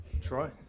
try